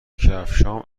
کفشهام